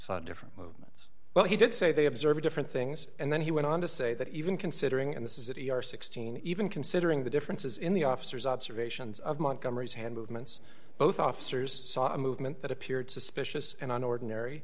saw different movements well he did say they observed different things and then he went on to say that even considering and this is that we are sixteen even considering the differences in the officers observations of montgomery's hand movements both officers saw a movement that appeared suspicious and an ordinary